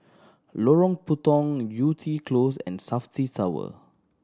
Lorong Puntong Yew Tee Close and Safti Tower